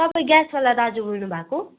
तपाईँ ग्यासवाला दाजु बोल्नु भएको